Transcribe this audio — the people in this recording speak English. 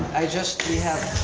i just we have